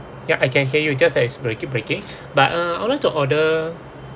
ya I can hear you just that it's break breaking but uh I would like to order